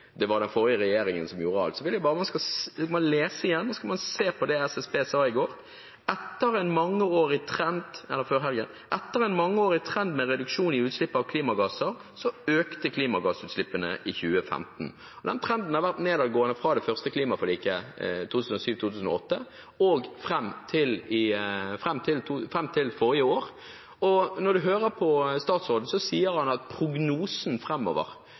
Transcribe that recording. det var den forrige regjeringen som gjorde alt, så vil jeg bare at man skal lese om igjen, man skal se på det som SSB sa før helgen: «Etter en mangeårig trend med reduksjon i utslipp av klimagasser, økte klimagassutslippene i 2015.» Den trenden har vært nedadgående fra det første klimaforliket i 2007–2008 og fram til forrige år. Og når man hører på statsråden, sier han at utslippene nå vokser med prognosen,